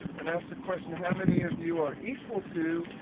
and ask the question how many of you are equal to.